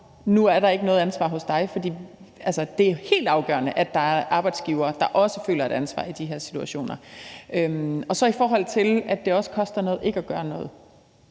nu er der ikke noget ansvar hos dig. For det er helt afgørende, at der er arbejdsgivere, der også føler et ansvar i de her situationer. I forhold til at det også koster noget ikke at gøre noget,